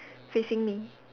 facing me